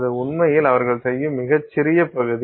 அது உண்மையில் அவர்கள் செய்யும் மிகச் சிறிய பகுதி